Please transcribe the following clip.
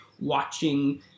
watching